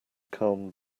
calmed